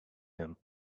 him